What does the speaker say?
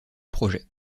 projet